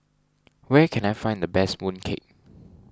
where can I find the best Mooncake